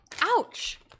Ouch